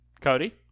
Cody